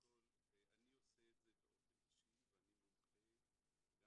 אני עושה את זה באופן אישי ואני מומחה גם